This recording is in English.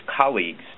colleagues